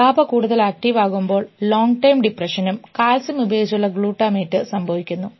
GABA കൂടുതൽ active ആകുമ്പോൾ long time ഡിപ്രഷനും കാൽസ്യം ഉപയോഗിച്ചുള്ള ഗ്ലൂട്ടാമേറ്റ് സംഭവിക്കുന്നു